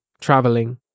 traveling